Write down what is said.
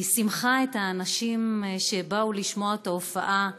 היא שימחה את האנשים שבאו לשמוע את ההופעה,